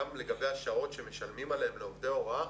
גם לגבי השעות שמשלמים עליהן לעובדי הוראה,